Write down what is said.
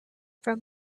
from